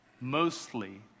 mostly